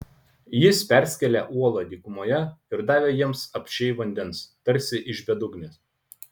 jis perskėlė uolą dykumoje ir davė jiems apsčiai vandens tarsi iš bedugnės